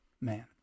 man